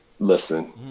Listen